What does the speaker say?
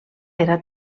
era